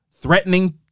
threatening